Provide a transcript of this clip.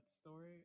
story